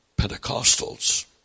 Pentecostals